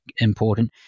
important